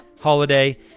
holiday